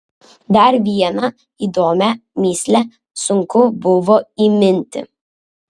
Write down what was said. dar vieną įdomią mįslę sunku buvo įminti